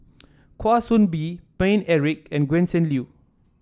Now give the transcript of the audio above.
Kwa Soon Bee Paine Eric and Gretchen Liu